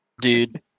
Dude